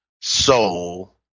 soul